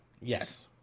Yes